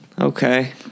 okay